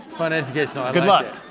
and educational. good luck.